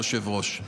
היושב-ראש.